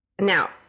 Now